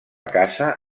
casa